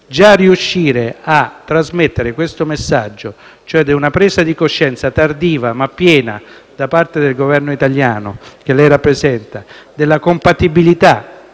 Già riuscire a trasmettere questo messaggio di presa di coscienza tardiva, ma piena del Governo italiano che lei rappresenta della compatibilità